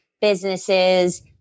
businesses